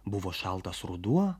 buvo šaltas ruduo